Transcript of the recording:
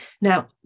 Now